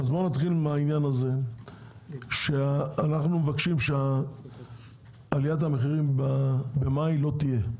נתחיל עם זה שאנחנו מבקשים שעליית המחירים במאי לא תהיה.